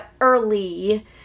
early